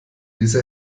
diese